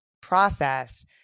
Process